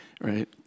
right